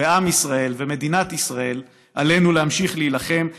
עם ישראל ומדינת ישראל עלינו להמשיך להילחם.